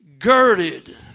Girded